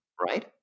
right